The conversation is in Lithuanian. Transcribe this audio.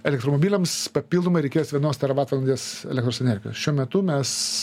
elektromobiliams papildomai reikės vienos teravatvalandės elektros energijos šiuo metu mes